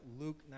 Luke